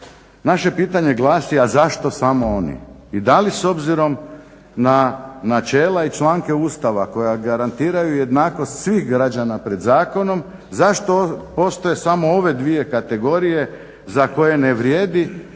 Naše pitanje glasi, a zašto samo oni i da li s obzirom na načela i članke Ustava koja garantiraju jednakost svih građana pred zakonom zašto postoje samo ove dvije kategorije za koje ne vrijedi